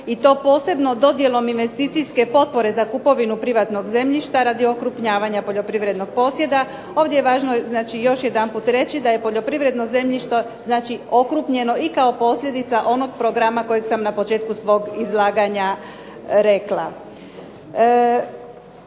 i to posebno dodjelom investicije potpore za kupovinu privatnog zemljišta radi okrupnjavanja poljoprivrednog posjeda. Ovdje je važno reći da je poljoprivredno zemljište okrupnjeno i kao posljedica onog programa koje sam na početku svog izlaganja rekla.